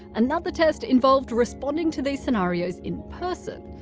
another test involved responding to these scenarios in person.